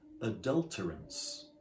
adulterance